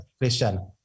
Christian